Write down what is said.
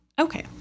Okay